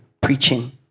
preaching